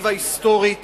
בפרספקטיבה היסטורית